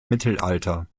mittelalter